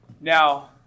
Now